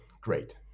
Great